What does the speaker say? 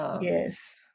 yes